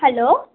hello